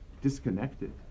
disconnected